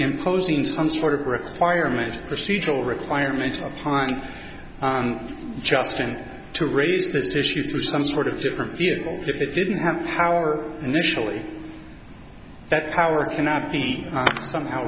imposing some sort of requirements procedural requirements upon just trying to raise this issue through some sort of different vehicle if it didn't have power initially that power cannot be somehow